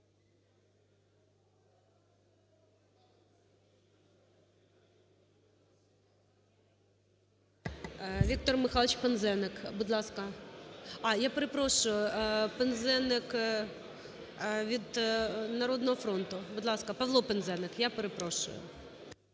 Віктор Михайлович Пинзеник, будь ласка. А, я перепрошую, Пинзеник від "Народного фронту" . Будь ласка, Павло Пинзеник, я перепрошую